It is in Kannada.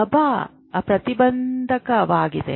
ಗಬಾ ಪ್ರತಿಬಂಧಕವಾಗಿದೆ